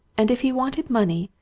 and if he wanted money,